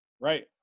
right